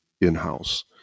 in-house